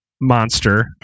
monster